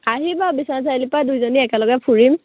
আহিবা বিশ্বনাথ চাৰিআলিৰ পৰা দুইজনী একেলগে ফুৰিম